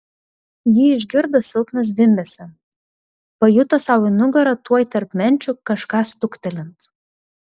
ji išgirdo silpną zvimbesį pajuto sau į nugarą tuoj tarp menčių kažką stuktelint